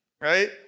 right